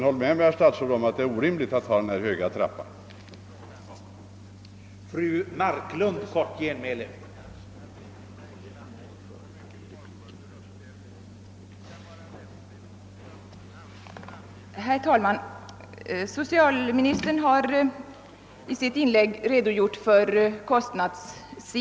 Håll med mig om, herr statsråd, att det är orimligt med det höga trappsteget innebärande 50 procent förmånsreduktion.